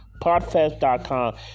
PodFest.com